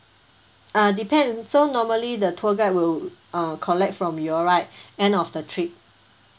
uh depends so normally the tour guide will uh collect from you all right end of the trip